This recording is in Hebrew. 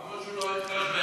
למה שהוא לא יתחשבן?